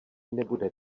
nebude